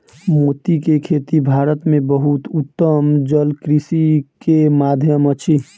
मोती के खेती भारत में बहुत उत्तम जलकृषि के माध्यम अछि